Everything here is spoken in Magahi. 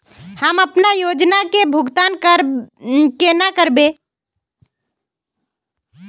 हम अपना योजना के भुगतान केना करबे?